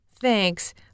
Thanks